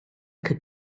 could